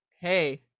hey